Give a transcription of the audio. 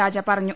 രാജ പറഞ്ഞു